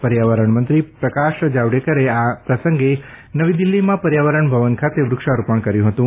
પર્યાવરણમંત્રી પ્રકાશ જાવડેકરે આ પ્રસંગે નવી દિલ્હીમાં પર્યાવરણ ભવન ખાતે વૃક્ષારોપણ કર્યું હતું